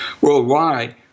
worldwide